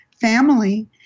family